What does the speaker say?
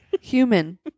human